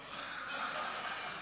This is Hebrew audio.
מוותר, חבר הכנסת מסעוד גנאים, אינו נוכח.